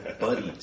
buddies